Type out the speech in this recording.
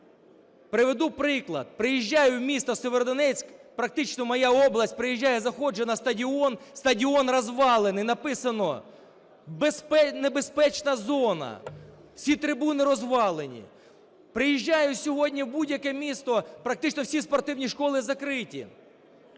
Приведу приклад. Приїжджаю в місто Сєвєродонецьк, практично моя область, приїжджаю, заходжу на стадіон – стадіон розвалений. Написано: "Небезпечна зона". Всі трибуни розвалені. Приїжджаю сьогодні в будь-яке місто – практично всі спортивні школи закриті,